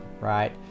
right